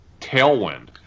tailwind